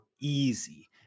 easy